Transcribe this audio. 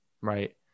Right